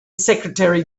secretary